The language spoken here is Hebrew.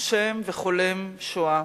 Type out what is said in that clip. נושם וחולם שואה.